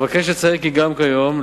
אבקש לציין כי גם כיום,